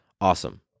awesome